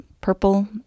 purple